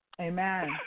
Amen